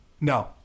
No